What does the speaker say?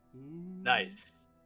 Nice